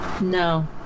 No